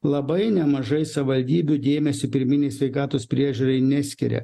labai nemažai savivaldybių dėmesio pirminei sveikatos priežiūrai neskiria